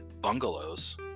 bungalows